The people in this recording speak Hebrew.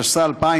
התשס"א 2000,